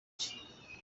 cye